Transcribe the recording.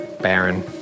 Baron